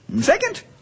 Second